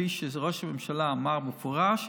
כפי שראש הממשלה אמר במפורש,